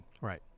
Right